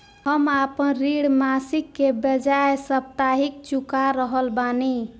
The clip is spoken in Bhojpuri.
हम आपन ऋण मासिक के बजाय साप्ताहिक चुका रहल बानी